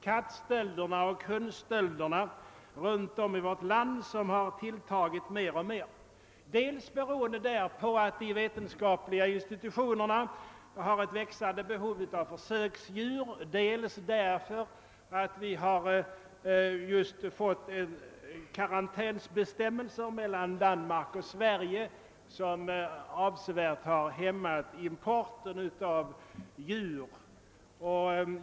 Kattstölderna och hundstölderna runt om i vårt land tilltar mer och mer, dels beroende på att de vetenskapliga institutionerna har ett växande behov av försöksdjur, dels för att vi just fått karantänbestämmelser mellan Danmark och Sverige, som avsevärt hämmat importen av djur.